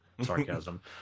sarcasm